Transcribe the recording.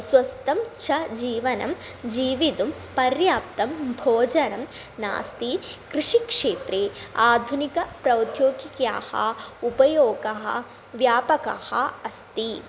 स्वस्थं च जीवनं जीवितुं पर्याप्तं भोजनं नास्ति कृषिक्षेत्रे आधुनिकप्रौद्योगिक्याः उपयोगः व्यापकः अस्ति